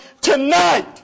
tonight